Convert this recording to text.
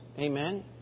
Amen